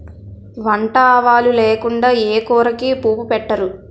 వంట ఆవాలు లేకుండా ఏ కూరకి పోపు పెట్టరు